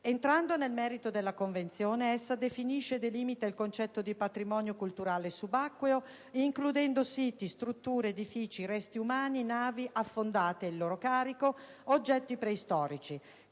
Entrando nel merito della Convenzione, essa definisce e delimita il concetto di patrimonio culturale subacqueo, includendo siti, strutture, edifici, resti umani, navi affondate ed il loro carico, oggetti preistorici.